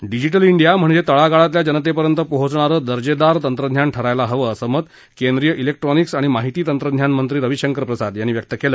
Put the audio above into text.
digital India म्हणजे तळागाळातल्या जनतेपर्यंत पोहोचणारं दर्जदार तंत्रज्ञान ठरायला हवं असं मत केंद्रीय बैक्ट्रॉनिक्स आणि माहिती तंत्रज्ञानमंत्री रवीशंकर प्रसाद यांनी व्यक्त केलं